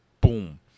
boom